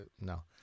No